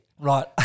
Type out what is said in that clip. Right